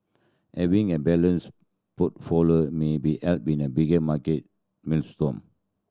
having a balanced portfolio maybe help in a big market maelstrom